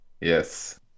Yes